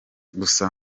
gusa